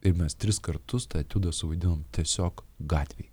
ir mes tris kartus tą etiudą suvaidinom tiesiog gatvėj